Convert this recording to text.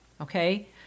okay